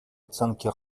оценки